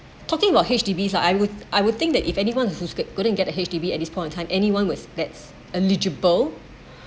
talking about H_D_Bs lah I would I would think that if anyone who's could couldn't get a H_D_B at this point of time anyone was that's eligible